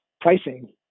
pricing